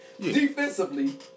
Defensively